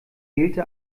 wählte